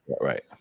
right